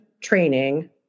training